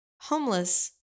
homeless